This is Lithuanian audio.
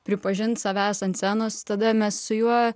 pripažint savęs ant scenos tada mes su juo